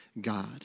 God